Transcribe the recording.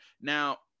Now